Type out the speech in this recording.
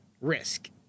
risk